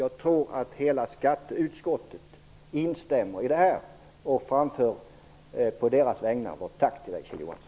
Jag tror att hela skatteutskottet instämmer. På utskottets vägnar framför jag vårt tack till dig, Kjell